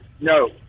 No